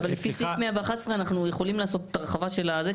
אבל לפי סעיף 111 אנחנו יכולים לעשות את ההרחבה של הדבר הזה,